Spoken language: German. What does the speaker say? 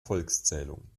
volkszählung